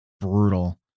brutal